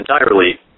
entirely